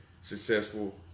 successful